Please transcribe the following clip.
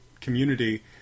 community